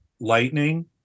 lightning